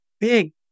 big